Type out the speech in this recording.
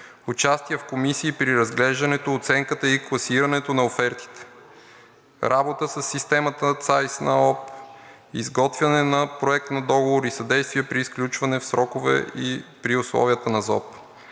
участие в комисии при разглеждането, оценката и класирането на офертите; работа със системата Цайс ЕОП; изготвяне на проект на договор и съдействие при сключване в срокове и при условията на ЗОП.